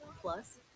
plus